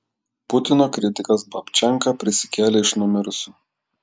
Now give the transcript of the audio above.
putino kritikas babčenka prisikėlė iš numirusių